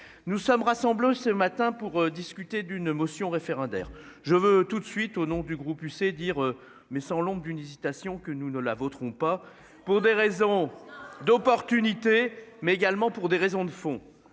nous sommes rassemblés ce matin pour discuter d'une motion référendaire. Je veux tout de suite au nom du groupe UC dire mais sans l'ombre d'une hésitation que nous ne la voterons pas pour des raisons d'opportunité mais également pour des raisons de fond,